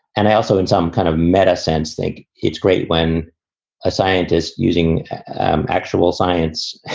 and i also, in some kind of metal sense, think it's great when a scientist using actual science